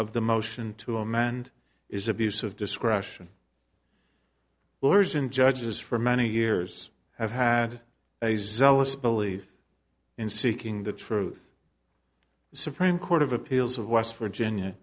of the motion to amend is abuse of discretion lawyers and judges for many years have had a zealous belief in seeking the truth supreme court of appeals of west virginia